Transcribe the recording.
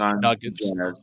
Nuggets